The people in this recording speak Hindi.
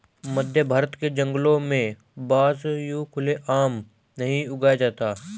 मध्यभारत के जंगलों में बांस यूं खुले आम नहीं उगाया जाता